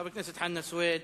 חבר הכנסת חנא סוייד.